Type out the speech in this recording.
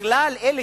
בכלל אלה